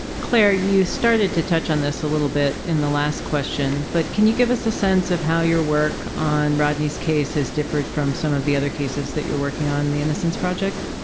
clare, you started to touch on this a little bit in the last question but can you give us a sense of how your work on rodney's case has differed from some of the other cases that you're working on in the innocence project?